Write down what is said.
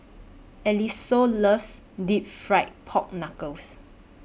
Eliseo loves Deep Fried Pork Knuckles